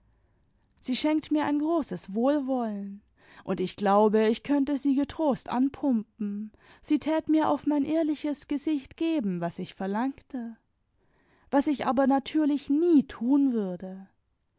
sie schenkt mir ein großes wohlwollen und ich glaube ich könnte sie getrost anpumpen sie tat mir auf mein ehrliches gesicht geben was ich verlangte was ich aber natürlich n i e tun würde